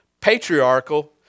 patriarchal